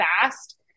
fast